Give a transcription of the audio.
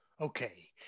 Okay